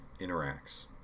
interacts